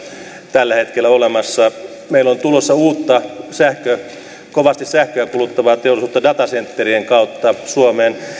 tällä hetkellä olemassa meillä on tulossa uutta kovasti sähköä kuluttavaa teollisuutta datacenterien kautta suomeen